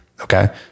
Okay